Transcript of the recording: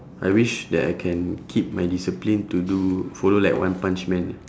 I wish that I can keep my discipline to do follow like one punch man